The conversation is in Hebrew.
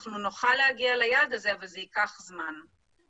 נוכל להגיע ליעד הזה, אבל זה ייקח מן.